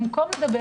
במקום לדבר